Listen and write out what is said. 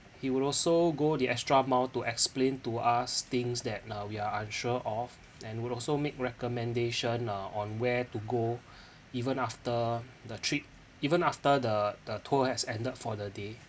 he would also go the extra mile to explain to us things that uh we are unsure of and would also make recommendation uh on where to go even after the trip even after the the tour has ended for the day